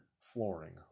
flooring